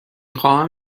خواهم